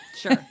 Sure